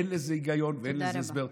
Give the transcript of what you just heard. אין בזה היגיון ואין לזה הסבר.